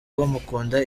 bamukunda